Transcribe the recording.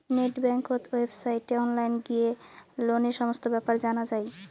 net বেংকত ওয়েবসাইটে online গিয়ে লোনের সমস্ত বেপার জানা যাই